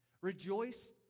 Rejoice